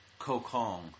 Kokong